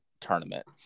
tournament